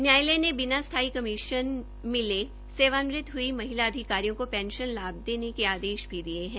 न्यायालय ने बिना स्थायी कमीशन मिले सेवानिवृत हुई महिला अधिकारियों को पेंशन लाभ देने के आदेश भी दिये है